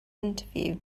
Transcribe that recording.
interview